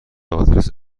آدرس